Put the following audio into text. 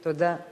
תודה.